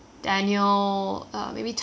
eh chinese guy um